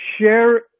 share